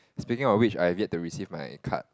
speaking of which I've yet to receive my card